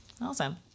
Awesome